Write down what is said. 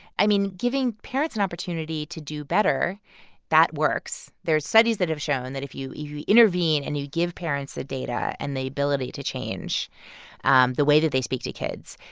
i mean, giving parents an opportunity to do better that works. there are studies that have shown that if you you intervene and you give parents the data and the ability to change and the way that they speak to kids,